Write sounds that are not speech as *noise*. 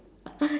*laughs*